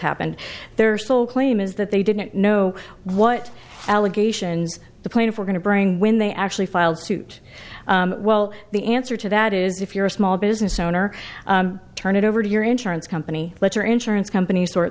happened they're still claim is that they didn't know what allegations the plaintiff were going to bring when they actually filed suit well the answer to that is if you're a small business owner turn it over to your insurance company let your insurance company sort